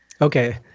Okay